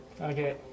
Okay